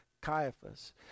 Caiaphas